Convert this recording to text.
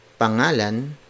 Pangalan